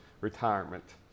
retirement